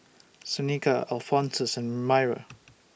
Seneca Alphonsus and Mira